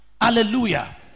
Hallelujah